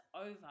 over